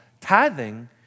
tithing